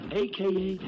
aka